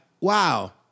wow